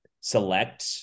select